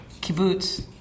kibbutz